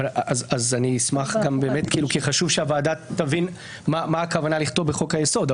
חשוב שהוועדה תבין מה הכוונה לכתוב בחוק היסוד.